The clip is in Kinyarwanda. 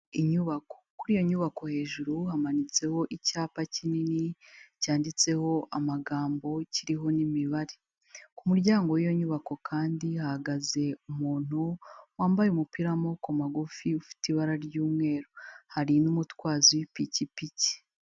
Inyubako, kuri iyo nyubako hejuru hamanitseho icyapa kinini, cyanditseho amagambo, kiriho n'imibare ku muryango w'iyo nyubako kandi, hahagaze umuntu wambaye umupira w'amaboko magufi, ufite ibara ry'umweru, hari n'umutwazi w'ipikipiki.